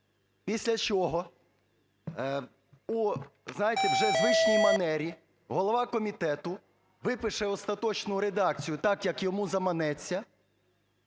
знаєте, вже звичній манері голова комітету випише остаточну редакцію так, як йому заманеться,